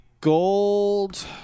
gold